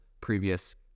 previous